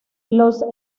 los